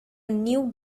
new